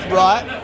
right